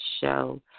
show